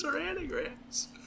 anagrams